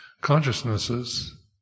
consciousnesses